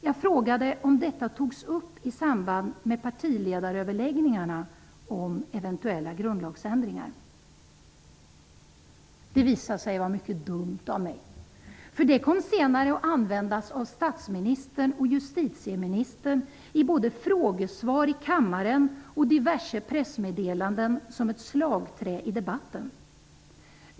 Jag frågade om ifall eventuella grundlagsändringar togs upp i samband med partiledaröverläggningarna. Detta visade sig vara mycket dumt gjort av mig, för det kom senare att användas av statsministern och justitieministern i både frågesvar i kammaren och i diverse pressmeddelanden som ett slagträ i debatten.